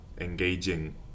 engaging